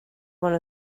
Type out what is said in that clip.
one